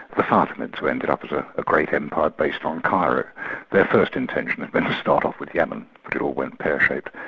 the fatimid who ended up as ah ah great empire based on cairo their first intention had been to start off with yemen, but it all went pear-shaped.